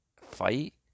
fight